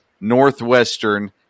Northwestern